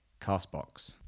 CastBox